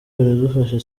biradufasha